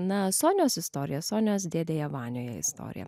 na sonios istoriją sonios dėdėje vanioje istoriją